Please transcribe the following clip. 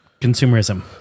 consumerism